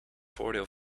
voordeel